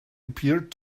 appeared